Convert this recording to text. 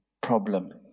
problem